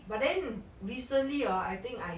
but then recently hor I think I